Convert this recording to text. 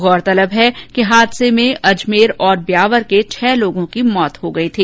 गौरतलब है कि हादसे में अजमेर और ब्यावर के छह लोगों की मौत हो गई थी